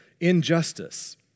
injustice